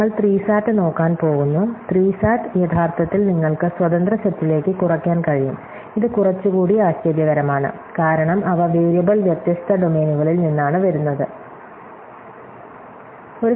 നമ്മൾ 3 സാറ്റ് നോക്കാൻ പോകുന്നു 3 സാറ്റ് യഥാർത്ഥത്തിൽ നിങ്ങൾക്ക് സ്വതന്ത്ര സെറ്റിലേക്ക് കുറയ്ക്കാൻ കഴിയും ഇത് കുറച്ചുകൂടി ആശ്ചര്യകരമാണ് കാരണം അവ വേരിയബിൾ വ്യത്യസ്ത ഡൊമെയ്നുകളിൽ നിന്നാണ് വന്നത്